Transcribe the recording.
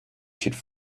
should